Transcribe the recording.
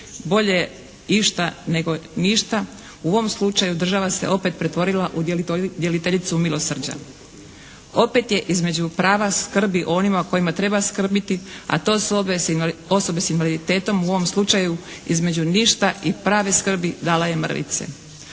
bolje je išta nego ništa. U ovom slučaju država se opet pretvorila u djeliteljicu milosrđa. Opet je između prava skrbi o onima o kojima treba skrbiti a to su osobe s invaliditetom u ovom slučaju između ništa i prave skrbi dala je mrvice.